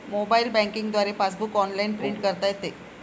mobile banking द्वारे passbook online print करता येते